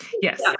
Yes